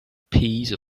piece